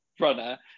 runner